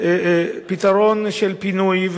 פתרון של פינוי.